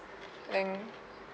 mm